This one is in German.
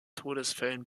todesfällen